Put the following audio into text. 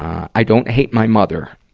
i don't hate my mother,